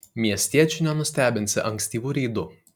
miestiečių nenustebinsi ankstyvu reidu